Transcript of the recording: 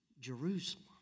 Jerusalem